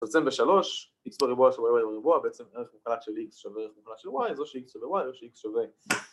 עצם בשלוש x בריבוע שווה y בריבוע בעצם ערך מוחלט של x שווה ערך מוחלט של y זו שx שווה y זו שx שווה